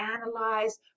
analyze